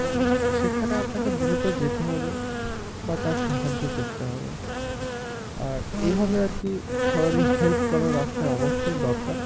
তো সেখানে আপনাকে এখন দ্রুত যেতে হবে বা তার সাহায্য করতে হবে আর এভাবে আর কি সবারই হেল্প করার রাস্তায় অবশ্যই দরকার